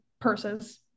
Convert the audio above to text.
purses